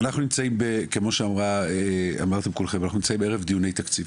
אנחנו נמצאים, כמו שאמרתם כולכם, ערב דיוני תקציב.